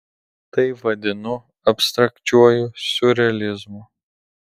tai vadinu abstrakčiuoju siurrealizmu